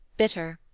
bitter.